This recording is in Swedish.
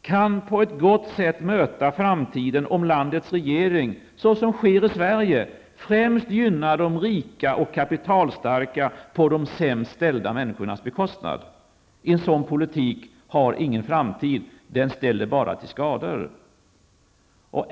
kan på ett gott sätt möta framtiden om landets regering, såsom sker i Sverige, främst gynnar de rika och kapitalstarka på de sämst ställda människornas bekostnad. En sådan politik har ingen framtid. Den ställer bara till skada.